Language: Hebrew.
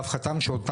טועה, אתה פשוט טועה.